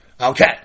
Okay